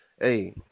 Hey